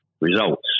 results